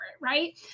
right